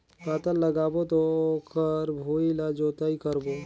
पातल लगाबो त ओकर भुईं ला जोतई करबो?